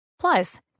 Plus